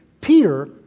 Peter